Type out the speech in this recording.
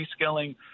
reskilling